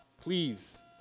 please